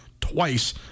twice